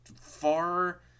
far